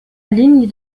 ligne